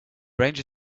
ranger